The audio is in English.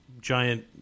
giant